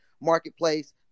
marketplace